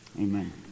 Amen